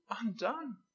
Undone